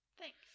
thanks